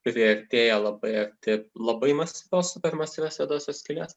priartėja labai arti labai masyvios super masyvios juodosios skylės